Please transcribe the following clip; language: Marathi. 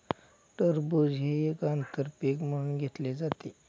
टरबूज हे एक आंतर पीक म्हणून घेतले जाते